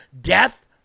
death